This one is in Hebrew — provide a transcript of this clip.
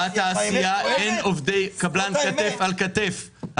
לתעשייה אין עובדי קבלן כתף אל כתף.